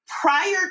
prior